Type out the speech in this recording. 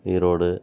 Erode